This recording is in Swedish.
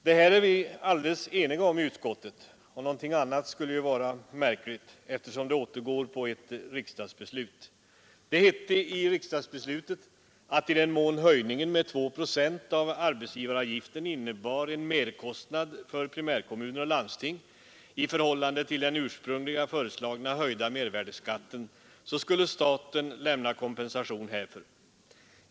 Detta är vi alldeles eniga om i utskottet, och något annat skulle vara märkligt eftersom det grundar sig på ett riksdagsbeslut i vilket det hette att i den mån höjningen av arbetsgivaravgiften med 2 procent innebar en merkostnad för primärkommuner och landsting i förhållande till den ursprungligen föreslagna höjda mervärdeskatten skulle staten lämna kompensation.